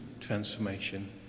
transformation